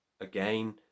Again